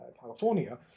California